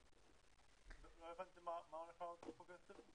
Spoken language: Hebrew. לא הבנתי מה הולך לעלות בחוק ההסדרים.